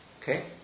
Okay